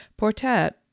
Portet